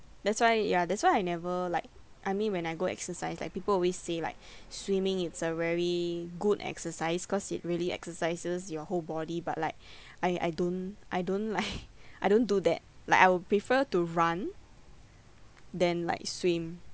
that's why ya that's why I never like I mean when I go exercise like people always say like swimming is a very good exercise cause it really exercises your whole body but like I I don't I don't like I don't do that like I would prefer to run than like swim